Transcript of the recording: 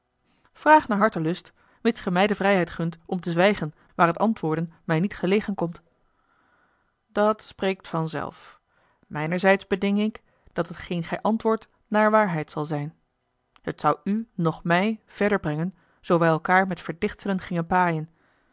vraag naar hartelust mits gij mij de vrijheid gunt om te zwijgen waar t antwoorden mij niet gelegen komt dat spreekt vanzelf mijnerzijds beding ik dat hetgeen gij antwoordt naar waarheid zal zijn het zou u noch mij verder brengen zoo wij elkaâr met verdichtselen gingen paaien